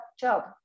job